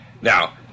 Now